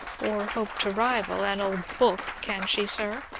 or hope to rival an old book, can she, sir?